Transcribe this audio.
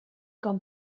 com